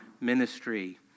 ministry